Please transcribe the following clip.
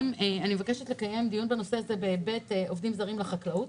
מבקשת לקיים דיון בנושא העובדים הזרים לחקלאות,